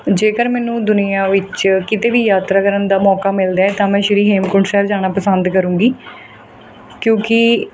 ਜੇਕਰ ਮੈਨੂੰ ਦੁਨੀਆਂ ਵਿੱਚ ਕਿਤੇ ਵੀ ਯਾਤਰਾ ਕਰਨ ਦਾ ਮੌਕਾ ਮਿਲਦਾ ਹੈ ਤਾਂ ਮੈਂ ਸ਼੍ਰੀ ਹੇਮਕੁੰਟ ਸਾਹਿਬ ਜਾਣਾ ਪਸੰਦ ਕਰੂੰਗੀ ਕਿਉਂਕਿ